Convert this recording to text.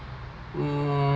mm